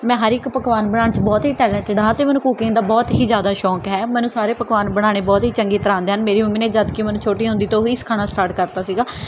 ਮੈਂ ਹਰ ਇੱਕ ਪਕਵਾਨ ਬਣਾਉਣ 'ਚ ਬਹੁਤ ਹੀ ਟੈਲੈਂਟਿਡ ਹਾਂ ਅਤੇ ਮੈਨੂੰ ਕੁਕਿੰਗ ਦਾ ਬਹੁਤ ਹੀ ਜ਼ਿਆਦਾ ਸ਼ੌਕ ਹੈ ਮੈਨੂੰ ਸਾਰੇ ਪਕਵਾਨ ਬਣਾਉਣੇ ਬਹੁਤ ਹੀ ਚੰਗੀ ਤਰ੍ਹਾਂ ਆਉਂਦੇ ਹਨ ਮੇਰੀ ਮੰਮੀ ਨੇ ਜਦ ਕਿ ਮੈਨੂੰ ਛੋਟੀ ਹੁੰਦੀ ਤੋਂ ਹੀ ਸਿਖਾਉਣਾ ਸਟਾਰਟ ਕਰਤਾ ਸੀਗਾ